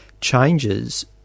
changes